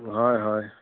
হয় হয়